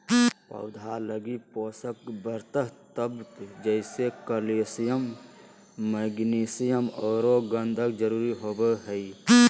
पौधा लगी पोषक वृहत तत्व जैसे कैल्सियम, मैग्नीशियम औरो गंधक जरुरी होबो हइ